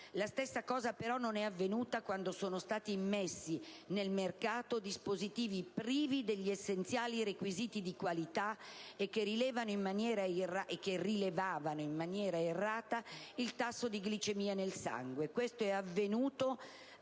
La stessa cosa però non è avvenuta quando sono stati immessi nel mercato dispositivi privi degli essenziali requisiti di qualità e che rilevavano in maniera errata il tasso di glicemia nel sangue. Questo è avvenuto